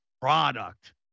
product